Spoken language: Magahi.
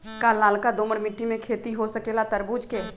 का लालका दोमर मिट्टी में खेती हो सकेला तरबूज के?